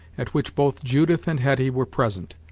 at which both judith and hetty were present.